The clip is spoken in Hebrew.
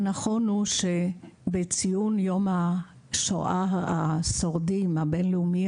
בציון יום שורדי השואה הבינלאומי,